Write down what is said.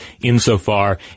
insofar